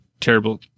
terrible